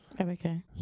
Okay